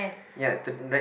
ya to right